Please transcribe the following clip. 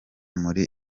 muri